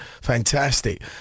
Fantastic